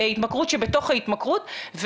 התמכרות שבתוך ההתמכרות,